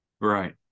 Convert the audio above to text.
Right